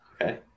Okay